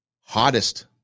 hottest